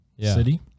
city